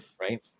right